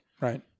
right